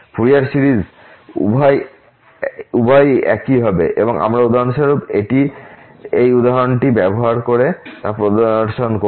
Fourier series উভয়ই একই হবে এবং আমরা উদাহরণস্বরূপ এই উদাহরণটি ব্যবহার করে তা প্রদর্শন করব